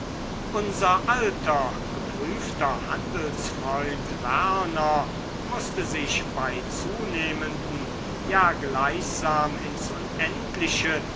unser alter geprüfter handelsfreund werner mußte sich bei zunehmenden ja gleichsam ins unendliche